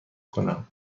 کنم